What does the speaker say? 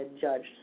judged